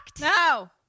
No